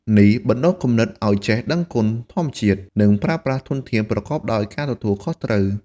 នេះបណ្ដុះគំនិតឲ្យចេះដឹងគុណធម្មជាតិ និងប្រើប្រាស់ធនធានប្រកបដោយការទទួលខុសត្រូវ។